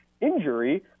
injury